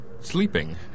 sleeping